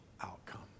outcome